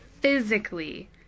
physically